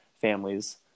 families